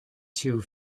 two